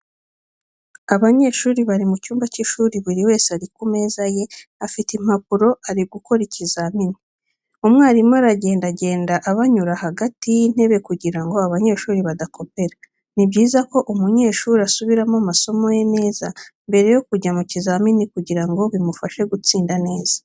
Abanyeshuri bari mu cyumba cy'ishuri buri wese ari ku meza ye afite impapuro ari gukoreraho ikizamini, umwarimu aragendagenda abanyura hagati y'itebe kugira ngo abanyeshuri badakopera. Ni byiza ko umunyeshuri asubiramo amasomo ye neza mbere yo kujya mu kizamini kugira ngo bimufashe gutsinda neza.